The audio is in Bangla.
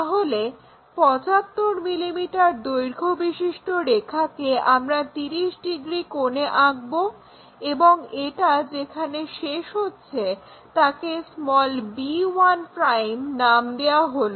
তাহলে 75 mm দৈর্ঘ্য বিশিষ্ট রেখাকে আমরা 30 ডিগ্রী কোণে আঁকবো এবং এটা যেখানে শেষ হচ্ছে তাকে b1' নাম দেওয়া হলো